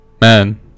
man